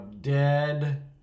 dead